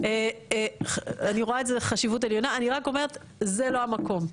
אני רק אומרת זה לא המקום.